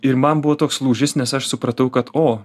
ir man buvo toks lūžis nes aš supratau kad o